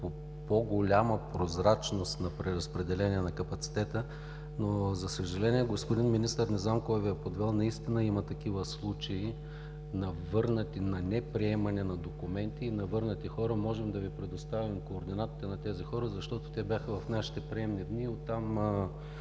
по-голяма прозрачност на преразпределение на капацитета. За съжаление, господин Министър, не знам кой Ви е подвел. Наистина има такива случаи на неприемане на документи и на върнати хора. Можем да Ви предоставим координатите на тези хора, защото те бяха в нашите приемни дни. От там